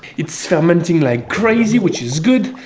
it's fermenting like crazy, which is good!